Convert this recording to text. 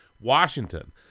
Washington